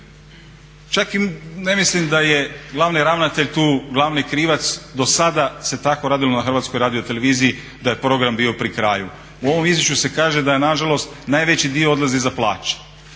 čak i ne mislim da je glavni ravnatelj tu glavni krivac, dosada se tako radilo na HRT-u da je program bio pri kraju. U ovom izvješću se kaže da nažalost najveći dio odlazi za plaće.